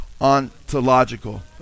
Ontological